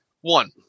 One